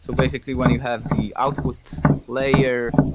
so basically, when you have the output layer,